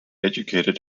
educated